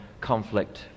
conflict